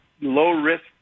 low-risk